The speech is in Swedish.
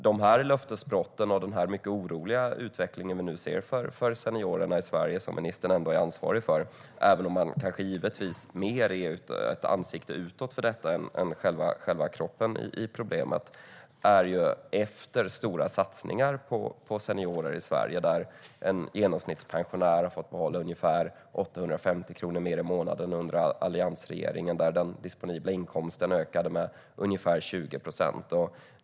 Det här är löftesbrott och en mycket oroande utveckling vi nu ser för seniorerna i Sverige, som ministern ändå är ansvarig för även om hon kanske är mer ett ansikte utåt än själva kroppen i problemet. Efter alliansregeringens stora satsningar på seniorer i Sverige har en genomsnittspensionär fått behålla ungefär 850 kronor mer i månaden. Den disponibla inkomsten ökade med ungefär 20 procent.